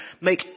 make